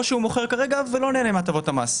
או שהוא מוכר כרגע ולא נהנה מהטבות המס.